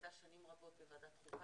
היא הייתה שנים רבות בוועדת חוקה,